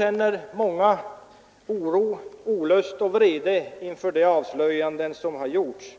Många av dessa känner oro, olust och vrede inför de avslöjanden som har gjorts.